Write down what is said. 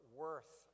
worth